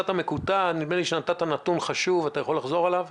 התקשורת הייתה מקוטעת ונתת נתון שחשוב לעמוד עליו.